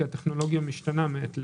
כי הטכנולוגיה משתנה מעת לעת.